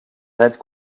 raids